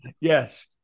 Yes